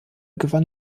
gewann